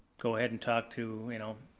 go ahead and talk to, you know.